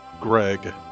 Greg